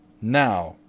now,